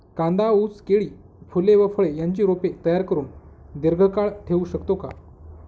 कांदा, ऊस, केळी, फूले व फळे यांची रोपे तयार करुन दिर्घकाळ ठेवू शकतो का?